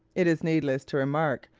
it is needless to remark,